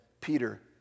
Peter